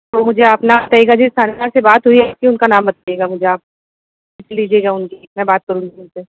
तो मुझे आप नाम बताइएगा जिस थानेदार से बात हुई है उनका नाम बताइएगा मुझे आप नंबर ले लीजिएगा उनसे मैं बात करूंगी उनसे